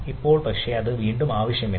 ഇപ്പോൾ വീണ്ടും ആവശ്യമില്ല